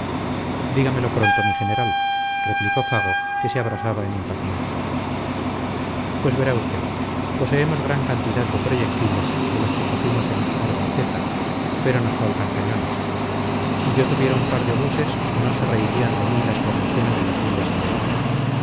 dígamelo pronto mi general replicó fago que se abrasaba en impaciencia pues verá usted poseemos gran cantidad de proyectiles de los que cogimos en orbaiceta pero nos faltan cañones si yo tuviera un par de obuses no se reirían de mí las guarniciones de las villas de navarra